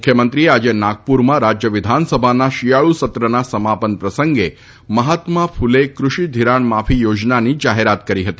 મુખ્યમંત્રીએ આજે નાગપુરમાં રાજ્ય વિધાનસભાનાં શિયાળુ સત્રના સમાપન પ્રસંગે મહાત્મા મહાત્મા ફુલે કૃષિ ધિરાણ માફી યોજનાની જાહેરાત કરી હતી